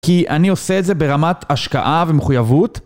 כי אני עושה את זה ברמת השקעה ומחויבות.